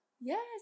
yes